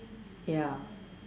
ya